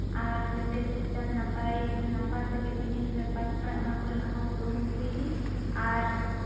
ᱟᱨ ᱡᱟᱛᱮ ᱥᱩᱠᱪᱟᱸᱫ ᱱᱟᱯᱟᱭ ᱱᱟᱢᱵᱟᱨ ᱛᱮᱜᱮ ᱵᱤᱱᱤᱰ ᱨᱮᱭ ᱯᱟᱥ ᱢᱟ ᱚᱱᱟ ᱠᱚᱨᱮᱱᱟᱜ ᱦᱚᱸ ᱠᱩᱨᱩᱢᱩᱴᱩᱭ ᱵᱤᱱ ᱟᱨ